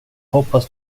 hoppas